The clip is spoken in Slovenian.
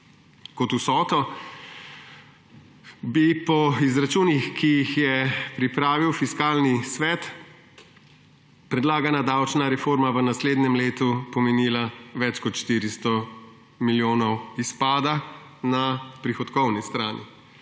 kot vsoto, bi po izračunih, ki jih je pripravil Fiskalni svet, predlagana davčna reforma v naslednjem letu pomenila več kot 400 milijonov izpada na prihodkovni strani.